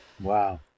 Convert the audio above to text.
Wow